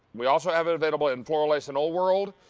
we also have it available in floral lace and old world.